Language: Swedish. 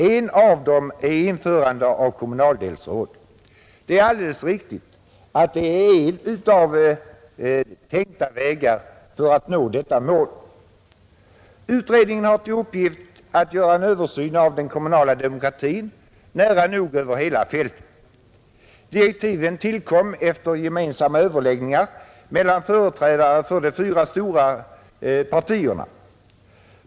En av dem är införandet av kommundelsråd.” Det är alldeles riktigt att det är en av tänkbara vägar för att nå detta mål. Utredningen har till uppgift att göra en översyn av den kommunala demokratin, nära nog över hela fältet. Direktiven tillkom efter gemensamma överläggningar mellan företrädare för de fyra stora partierna.